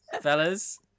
fellas